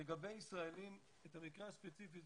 לדעתי צריך לטפל בזה